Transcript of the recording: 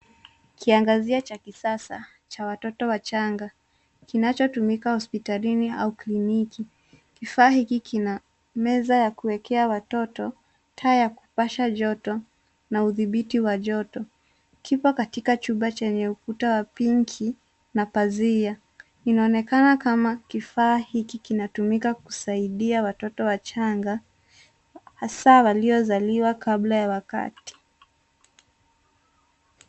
Kiagazia cha kisasa cha watoto wachanga kinachotumika hospitali au kliniki. Kifaa hiki kina meza ya kuwekea watoto, taa cha kupasha joto na udhibiti wa joto. Kipo katika chumba chenye ukuta wa pili na pazia. Kinaonekana kama kifaa hiki kinatumika kusaidia watoto wachanga, hasaa waliozaliwa kabla ya wakati.